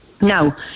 Now